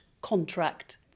contract